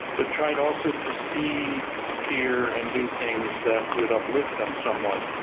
but tried also to see here and do things that would uplift them somewhat.